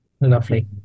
lovely